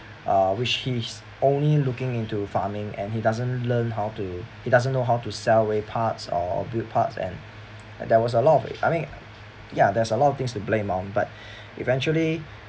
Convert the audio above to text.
uh which he's only looking into farming and he doesn't learn how to he doesn't know how to sell parts or build parts and and there was a lot of I mean ya there's a lot of things to blame on but eventually